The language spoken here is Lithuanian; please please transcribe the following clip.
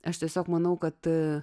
aš tiesiog manau kad